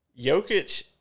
Jokic